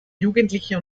jugendliche